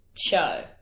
Show